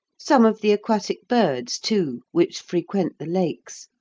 some of the aquatic birds, too, which frequent the lakes,